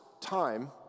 time